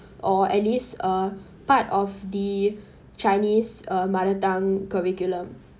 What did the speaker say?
or at least a part of the chinese uh mother tongue curriculum